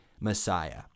Messiah